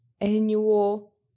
annual